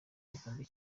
gikombe